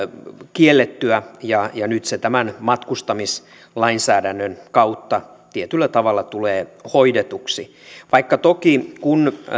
kiellettyä ja nyt se tämän matkustamislainsäädännön kautta tietyllä tavalla tulee hoidetuksi vaikka toki kun esimerkiksi